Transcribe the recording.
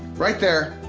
right there,